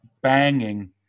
banging